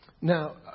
Now